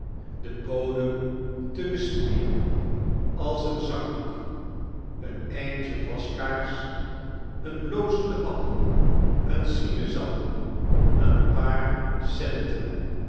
den bodem te bespieden als eem zakdoek een eindje waskaars een blozendem appel een sinaasappel een paar cemten